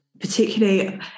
particularly